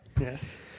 Yes